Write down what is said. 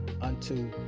unto